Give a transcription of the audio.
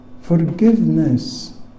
forgiveness